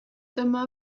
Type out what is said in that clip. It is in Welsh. dyma